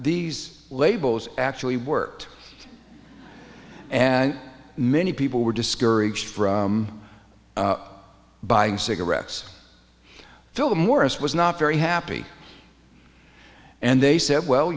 these labels actually worked and many people were discouraged from buying cigarettes philip morris was not very happy and they said well